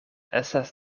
estas